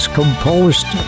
composed